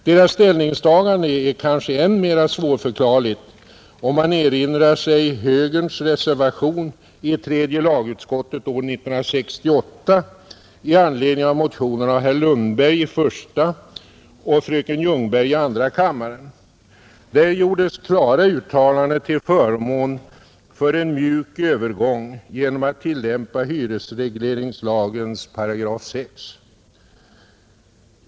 Deras ställningstagande är kanske än mera svårförklarligt om man erinrar sig högerns reservation i tredje lagutskottet år 1968 i anledning av motionen av herr Lundberg i första och fröken Ljungberg i andra kammaren. Där gjordes klara uttalanden till förmån för en mjuk övergång genom att tillämpa hyresregleringslagens 6 §.